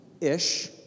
ish